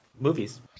movies